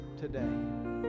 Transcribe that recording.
today